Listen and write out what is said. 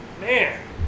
Man